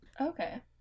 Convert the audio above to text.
Okay